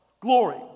glory